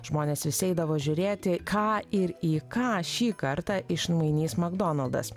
žmonės vis eidavo žiūrėti ką ir į ką šį kartą išmainys makdonaldas